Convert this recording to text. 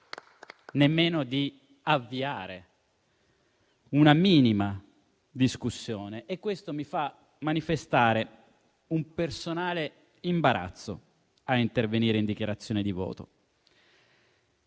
nemmeno di avviare una minima discussione e questo mi fa manifestare un personale imbarazzo a intervenire in dichiarazione di voto.